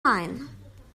main